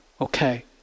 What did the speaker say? Okay